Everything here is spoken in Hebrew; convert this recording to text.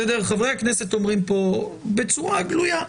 חברי הכנסת אומרים פה בצורה גלויה,